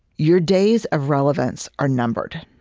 your days of relevance are numbered